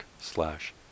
slash